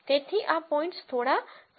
તેથી આ પોઇંટ્સ થોડા ખસે છે